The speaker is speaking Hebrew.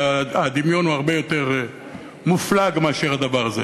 הדמיון הוא הרבה יותר מופלג מאשר הדבר הזה.